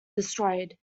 destroyed